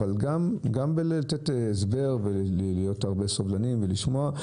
אבל גם לתת הסבר ולהיות סובלניים ולשמוע.